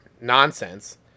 nonsense